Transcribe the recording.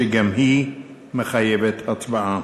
שגם היא מחייבת הצבעה.